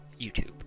YouTube